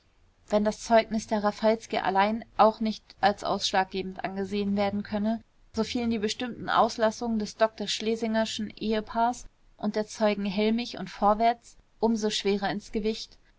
wenn das zeugnis der raffalski allein auch nicht als ausschlaggebend angesehen werden könne so fielen die bestimmten auslassungen des dr schlesingerschen ehepaares und der zeugen hellmich und vorwärts um so schwerer ins gewicht